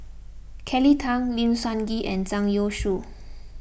Kelly Tang Lim Sun Gee and Zhang Youshuo